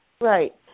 Right